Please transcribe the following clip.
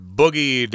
boogie